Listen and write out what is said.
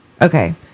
Okay